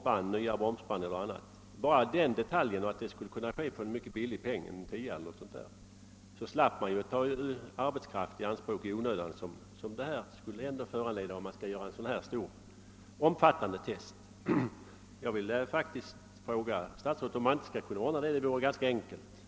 Denna kontroll borde kunna verkställas mot en låg avgift, kanske 10 kronor, och på detta sätt skulle man slippa ta i anspråk så mycket arbetskraft som erfordras för en fullständig konditionstest. Jag vill fråga statsrådet om inte en sådan kontroll skulle vara ganska enkel att genomföra.